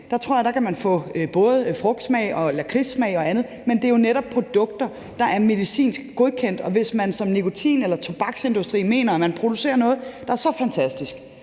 Jeg tror, at man både kan få frugtsmag, lakridssmag og andet, men det er jo netop produkter, som er medicinsk godkendt. Og hvis man mener, at man i nikotin- eller tobaksindustrien mener, at man producerer noget, der er så fantastisk,